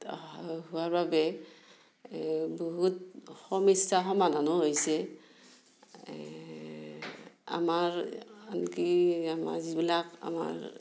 হোৱাৰ বাবে এই বহুত সমস্যা সমাধানো হৈছে এই আমাৰ আনকি আমাৰ যিবিলাক আমাৰ